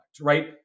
right